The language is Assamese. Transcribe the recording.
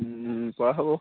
পৰা হ'ব